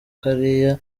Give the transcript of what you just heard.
kariya